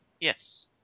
Yes